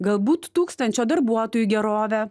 galbūt tūkstančio darbuotojų gerovę